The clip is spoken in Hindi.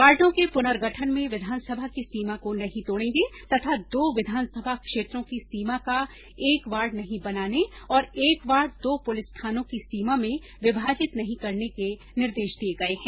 वार्डो के पुनर्गठन में विधानसभा की सीमा को नहीं तोड़ने तथा दो विधानसभा क्षेत्रों की सीमा का एक वार्ड नहीं बनाने और एक वार्ड दो प्रलिस थानो की सीमा में विभाजित नहीं करने के निर्देश दिये गये है